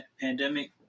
pandemic